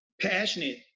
passionate